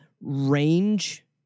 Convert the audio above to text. range